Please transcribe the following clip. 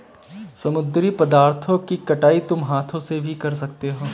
समुद्री पदार्थों की कटाई तुम हाथ से भी कर सकते हो